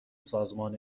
سازمان